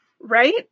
right